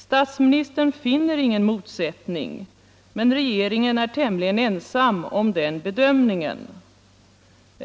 Statsministern finner ingen motsättning, men regeringen är tämligen ensam om den bedömningen.